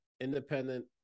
independent